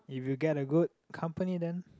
if you get a good company then